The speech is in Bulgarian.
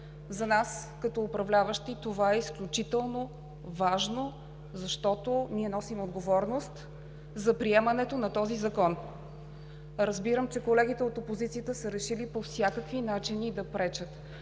За нас като управляващи това е изключително важно, защото ние носим отговорност за приемането на този закон. Разбирам, че колегите от опозицията са решили по всякакви начини да пречат.